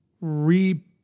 re